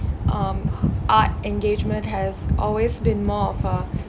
um art engagement has always been more of a